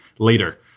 later